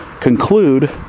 conclude